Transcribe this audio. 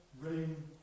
Rain